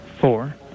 four